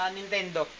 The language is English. Nintendo